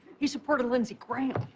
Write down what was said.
he supported lindsey graham,